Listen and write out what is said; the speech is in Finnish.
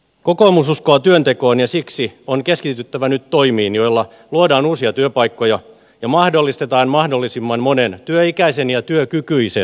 kokoomus uskoo työntekoon ja siksi on keskityttävä nyt toimiin joilla luodaan uusia työpaikkoja ja mahdollistetaan mahdollisimman monen työikäisen ja työkykyisen työnteko